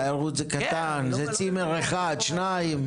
תיירות זה קטן, זה צימר אחד, שניים.